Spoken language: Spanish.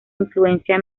influencia